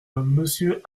monsieur